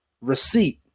receipt